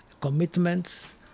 commitments